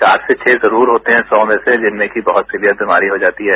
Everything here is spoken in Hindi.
चार से छह जरूर होते हैं सौ में से जिनमें कि बहुत सीवियर बीमारी हो जाती है